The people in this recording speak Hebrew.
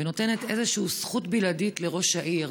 ונותנת איזושהי זכות בלעדית לראש העיר